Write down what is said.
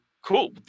cool